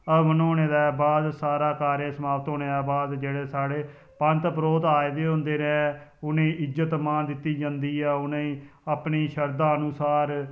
हवन होने दे बाद सारा कार्य समाप्त होने दे बाद जेह्ड़े साढ़े पंत परोह्त आए दे होंदे न उ'नें ई इज्जत मान दित्ती जंदी ऐ उ'नें ई अपनी श्रद्धा अनुसार